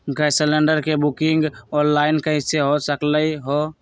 Gas cylinder के booking online कईसे हो सकलई ह?